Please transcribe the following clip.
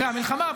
אחרי המלחמה,